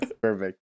perfect